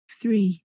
three